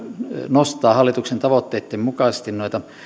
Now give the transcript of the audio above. nostaa hallituksen tavoitteitten mukaisesti noita